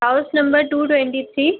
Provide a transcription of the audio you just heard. house number two twenty three